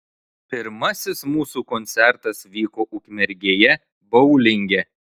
pirmasis mūsų koncertas vyko ukmergėje boulinge